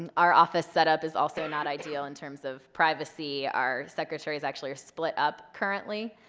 and our office setup is also not ideal in terms of privacy. our secretaries actually are split up currently,